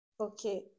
Okay